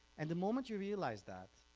and the moment you realize that,